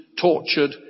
tortured